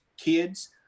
kids